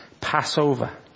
Passover